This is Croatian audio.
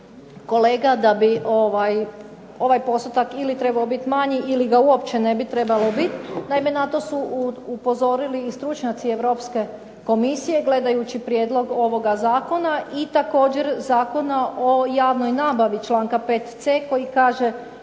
da bi ovaj postotak ili trebao biti manji ili ga uopće ne bi trebalo biti. Naime, na to su upozorili i stručnjaci Europske komisije gledajući prijedlog ovoga zakona i također Zakona o javnoj nabavi, članka 5.c koji kaže